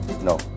No